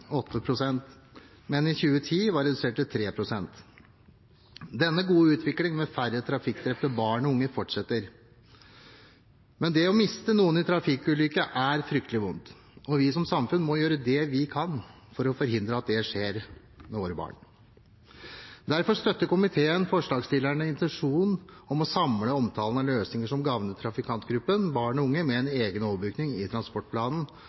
I 2010 var andelen redusert til 3 pst. Denne gode utviklingen med færre trafikkdrepte barn og unge fortsetter, men det å miste noen i en trafikkulykke er fryktelig vondt, og vi må som samfunn gjøre det vi kan for å forhindre at det skjer med våre barn. Derfor støtter komiteen forslagsstillernes intensjon om å samle omtalen av løsninger som gagner trafikantgruppen barn og unge, med en egen overbygning i transportplanen,